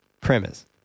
Premise